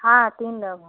हाँ तीन लोग हैं